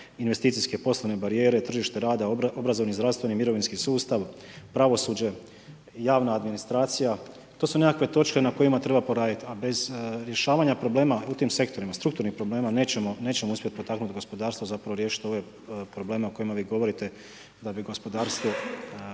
investicijske poslovne barijere, tržište rada, obrazovni, zdravstveni, mirovinski sustav, pravosuđe, javna administracija to su nekakve točke na kojima treba poraditi. A bez rješavanja problema u tim sektorima strukturnih problema nećemo uspjeti potaknuti gospodarstvo zapravo riješiti ove probleme o kojima vi govorite da bi gospodarstvo